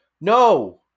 No